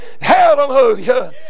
Hallelujah